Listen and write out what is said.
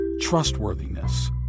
trustworthiness